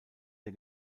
der